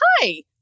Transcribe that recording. Hi